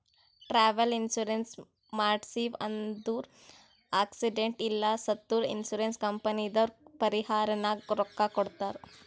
travel insurance ಮಾಡ್ಸಿವ್ ಅಂದುರ್ accident ಇಲ್ಲ ಸತ್ತುರ್ ಇನ್ಸೂರೆನ್ಸ್ ಕಂಪನಿದವ್ರು ಪರಿಹಾರನಾಗ್ ರೊಕ್ಕಾ ಕೊಡ್ತಾರ್